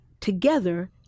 together